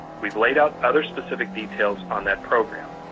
we've laid out other specific details on that program.